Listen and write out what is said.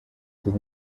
gegen